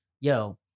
yo